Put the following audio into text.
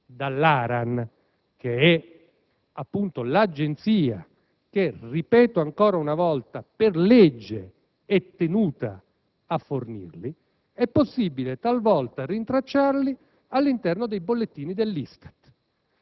dall'ARAN, che è l'Agenzia che - lo ripeto ancora una volta - per legge è tenuta a fornirli, è possibile talvolta rintracciarli all'interno dei bollettini dell'ISTAT